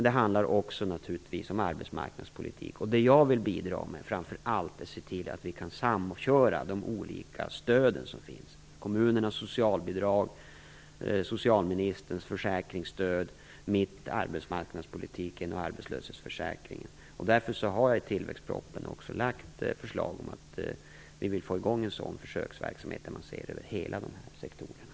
Det handlar naturligtvis också om arbetsmarknadspolitik, och vad jag vill bidra med är framför allt att se till att vi kan samköra de olika stöd som finns såsom kommunernas socialbidrag och socialministerns försäkringsstöd. Mina områden där är arbetsmarknadspolitiken och arbetslöshetsförsäkringen. Därför har jag i tillväxtpropositionen lagt fram ett förslag om att få i gång en sådan försöksverksamhet där vi ser över dessa sektorer som helhet.